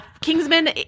Kingsman